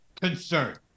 concern